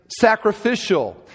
sacrificial